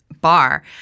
bar